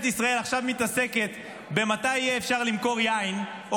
ישראל עכשיו מתעסקת במתי יהיה אפשר למכור יין או